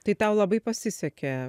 tai tau labai pasisekė